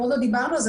עוד לא דיברנו על זה,